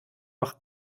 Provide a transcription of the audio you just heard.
noch